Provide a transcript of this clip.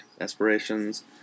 aspirations